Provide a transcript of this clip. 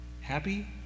Happy